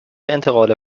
انتقال